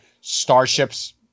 starships